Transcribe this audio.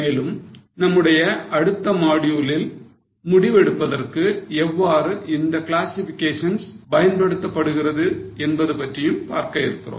மேலும் நம்முடைய அடுத்த module லில் முடிவு எடுப்பதற்கு எவ்வாறு இந்த கிளாசிஃபிகேஷன்ஸ் பயன்படுத்த படுகிறது என்பது பற்றியும் பார்க்க இருக்கிறோம்